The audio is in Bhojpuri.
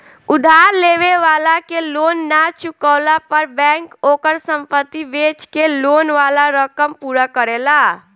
उधार लेवे वाला के लोन ना चुकवला पर बैंक ओकर संपत्ति बेच के लोन वाला रकम पूरा करेला